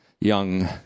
young